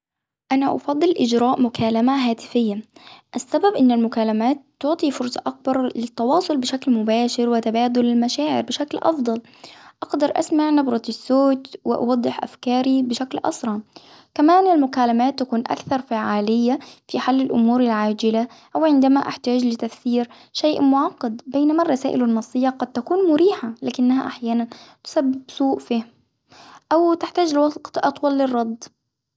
أنا أفضل إجراء مكالمة هاتفيا، السبب أن المكالمات تعطي فرصة أكبر للتواصل بشكل مباشر وتبادل المشاعر بشكل أفضل، أقدر أسمع نبرة الصوت وأوضح أفكاري بشكل أسرع، كمان المكالمات تكون أكثر فعالية في حل الأمور العاجلة، أو عندما أحتاج لتفسير شيء معقد بينما الرسائل النصية قد تكون مريحة لكنها أحيانا تسبب سوء فهم. أو تحتاج لوقت أطول للرد.